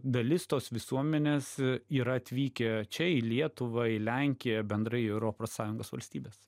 dalis tos visuomenės yra atvykę čia į lietuvą į lenkiją bendrai į europos sąjungos valstybes